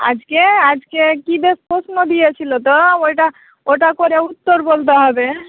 আজকে আজকে কী বেশ প্রশ্ন দিয়েছিলো তো ওইটা ওটা করে উত্তর বলতে হবে